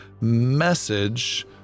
message